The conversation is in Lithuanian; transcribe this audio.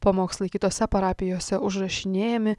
pamokslai kitose parapijose užrašinėjami